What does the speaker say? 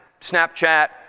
Snapchat